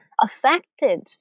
affected